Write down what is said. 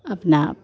अपना